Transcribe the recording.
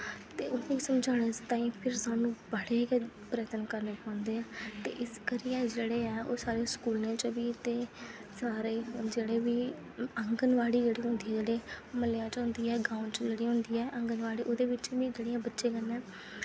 ते उ'नें गी समझाने ताईं सानूं बड़े गै प्रयत्न करने पौंदे न ते इस करियै ओह् साढ़े स्कूलें च बी ते सारे जेह्ड़े बी आंगर बाड़ी होंदे जेह्ड़े म्हल्लें च होंदी ऐ ग्राएं च होंदी ऐ आंगनबाड़ी ओह्दे बिच्च बी बच्चें कन्नै